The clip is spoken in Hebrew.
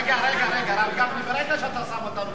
ברגע שאתה שם אותנו מקשה אחת עם שר האוצר,